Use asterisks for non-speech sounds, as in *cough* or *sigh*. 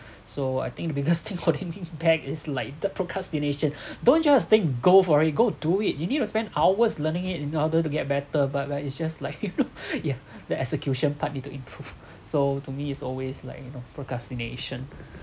so I think the biggest thing *laughs* holding me back is like the procrastination don't just think go for it go do it you need to spend hours learning it in order to get better but like it's just like *laughs* you know *laughs* yeah the execution part need to improve *laughs* so to me is always like you know procrastination